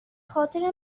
خاطر